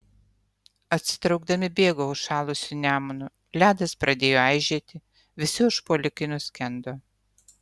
atsitraukdami bėgo užšalusiu nemunu ledas pradėjo aižėti visi užpuolikai nuskendo